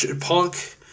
Punk